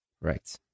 Right